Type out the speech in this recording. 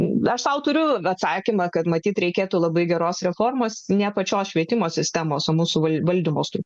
aš tau turiu atsakymą kad matyt reikėtų labai geros reformos ne pačios švietimo sistemos o mūsų valdymo struktūros